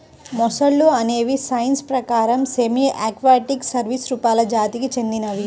మొసళ్ళు అనేవి సైన్స్ ప్రకారం సెమీ ఆక్వాటిక్ సరీసృపాలు జాతికి చెందినవి